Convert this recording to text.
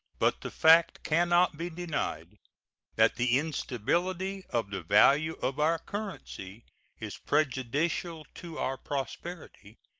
but the fact can not be denied that the instability of the value of our currency is prejudicial to our prosperity,